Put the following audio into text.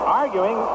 arguing